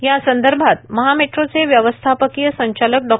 या संदर्भात महा मेट्रोचे व्यवस्थापकीय संचालक डॉ